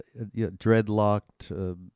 dreadlocked